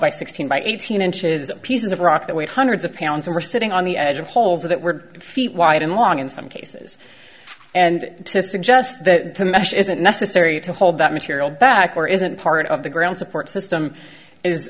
by sixteen by eighteen inches and pieces of rock that weighed hundreds of pounds and were sitting on the edge of holes that were feet wide and long in some cases and to suggest that the mesh isn't necessary to hold that material back or isn't part of the ground support system is